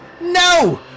no